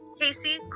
Casey